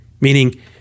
meaning